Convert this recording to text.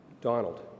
Donald